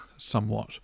somewhat